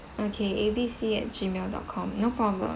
okay A B C at Gmail dot com no problem